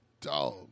dog